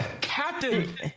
Captain